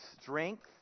strength